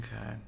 Okay